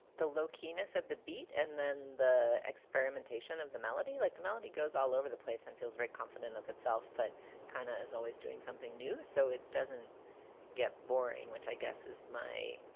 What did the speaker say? the low key ness of the beat. and then the experimentation of the melody, like the melody goes all over the place and feels very confident of itself, but kind of is always doing something new so it doesn't get boring, which i guess is my,